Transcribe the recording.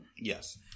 Yes